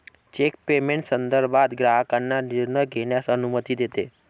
check payment संदर्भात ग्राहकांना निर्णय घेण्यास अनुमती देते